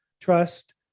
trust